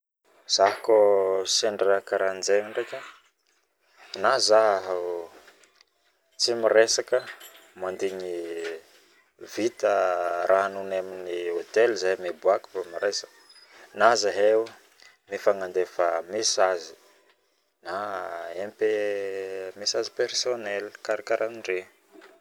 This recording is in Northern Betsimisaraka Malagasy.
Raha koa sendra raha karanjegny zaigny e, na zaho tsy miresaka mandigny vita raha nanonay taminy hotel zahay vao miresaka na zahay o mifangnandefa mesazy na mp message personnele karakahandragny